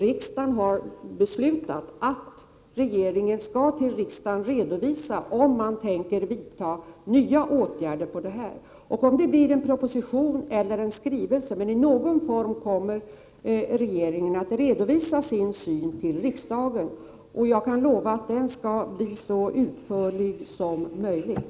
Riksdagen har beslutat att regeringen skall till riksdagen redovisa om man tänker vidta nya åtgärder. Regeringen kommer i någon form, proposition eller skrivelse, att redovisa sin syn till riksdagen. Jag lovar att den skall bli så utförlig som möjligt.